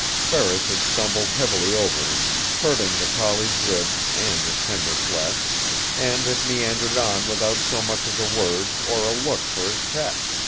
ferris had stumbled heavily over him, hurting the collie's ribs and his tender flesh and had meandered on without so much as a word or a look for his pet.